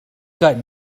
got